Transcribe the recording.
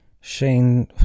Shane